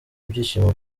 ibyishimo